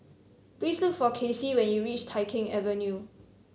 please look for Kacey when you reach Tai Keng Avenue